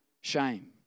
shame